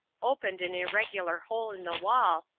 opened an irregular hole in the wall,